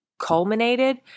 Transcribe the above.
Culminated